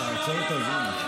תעצור את הזמן.